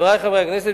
חברי חברי הכנסת,